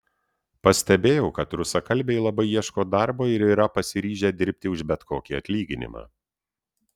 pastebėjau kad rusakalbiai labai ieško darbo ir yra pasiryžę dirbti už bet kokį atlyginimą